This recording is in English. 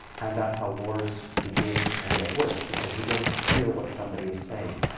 and that's how wars begin and get worse, because you don't hear what somebody is saying.